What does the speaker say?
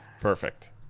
Perfect